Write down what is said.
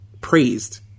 praised